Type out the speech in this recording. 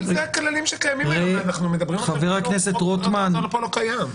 אבל זה הכללים שאנחנו מכירים היום --- הוצאה לפועל לא קיים.